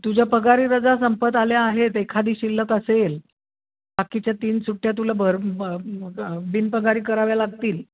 तुझ्या पगारी रजा संपत आल्या आहेत एखादी शिल्लक असेल बाकीच्या तीन सुट्ट्या तुला भर बिनपगारी कराव्या लागतील